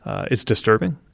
it's disturbing.